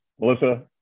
Melissa